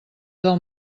del